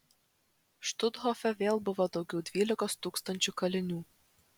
štuthofe vėl buvo daugiau dvylikos tūkstančių kalinių